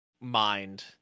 mind